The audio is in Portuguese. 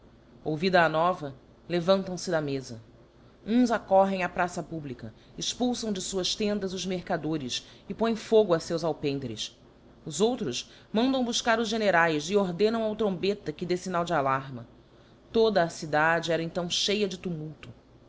ouvida a nova levantam fe da mefa uns acorrem á praça publica expulfam de fuás tendas os mercadores e põem fogo a feus alpendres os outros mandam bufcar os generaes e ordenam ao trombeta que dê fignal de alarma toda a cidade era então cheia de tumulto